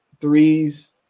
threes